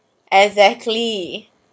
exactly